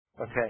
okay